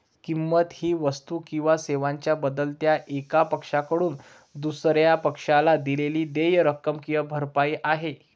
किंमत ही वस्तू किंवा सेवांच्या बदल्यात एका पक्षाकडून दुसर्या पक्षाला दिलेली देय रक्कम किंवा भरपाई आहे